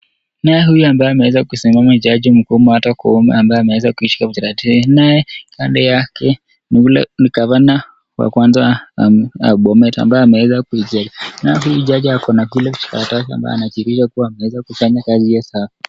Naye huyo ambaye ameweza kusimama ni jaji Mkuu, Martha Koome ambaye ameweza kuishika cheti. Naye kando yake ni yule Gavana wa kwanza wa Bomet ambaye ameweza kuja. Naye huyu jaji ako na ile karatasi ambayo inadhibitisha kuwa anaweza kufanya kazi hiyo haswa.